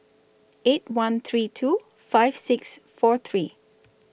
eight one three two five six four three